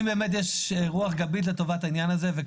אם יש באמת רוח גבית לטובת העניין כמו